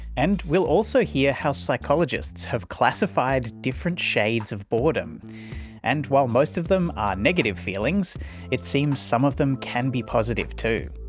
and we'll also hear how psychologists have classified different shades of boredom and while most of them are negative feelings it seems some of them can be positive too.